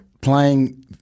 playing